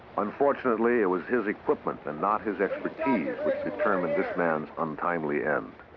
unfortunately, it was his equipment and not his expertise which determined this man's untimely end.